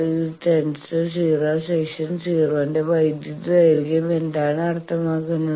θ→0 section 0 ന്റെ വൈദ്യുത ദൈർഘ്യം എന്താണ് അർത്ഥമാക്കുന്നത്